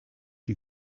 you